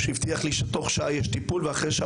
שהבטיח לי שתוך שעה יש טיפול ואחרי שעה